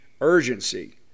urgency